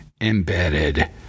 embedded